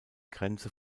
grenze